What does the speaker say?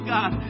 God